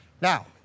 Now